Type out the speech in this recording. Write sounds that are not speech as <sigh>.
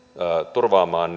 turvaamaan <unintelligible>